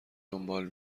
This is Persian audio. دنبال